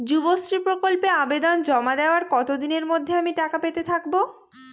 যুবশ্রী প্রকল্পে আবেদন জমা দেওয়ার কতদিনের মধ্যে আমি টাকা পেতে থাকব?